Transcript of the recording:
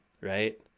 right